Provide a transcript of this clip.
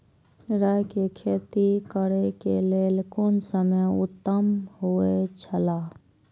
राय के खेती करे के लेल कोन समय उत्तम हुए छला?